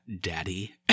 daddy